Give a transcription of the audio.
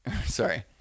sorry